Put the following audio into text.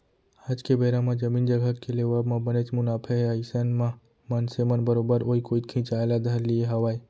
आज के बेरा म जमीन जघा के लेवब म बनेच मुनाफा हे अइसन म मनसे मन बरोबर ओइ कोइत खिंचाय ल धर लिये हावय